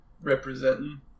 representing